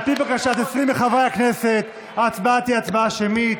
על פי בקשת 20 מחברי הכנסת ההצבעה תהיה הצבעה שמית.